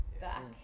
back